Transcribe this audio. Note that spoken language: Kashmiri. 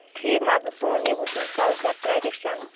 ٹھیٖک مان ژٕ سون یہِ وٕچھُن کَلچَر ٹرٛیڈِشَن